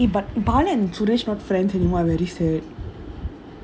eh but bala and suresh not friends anymore I very sad